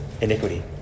iniquity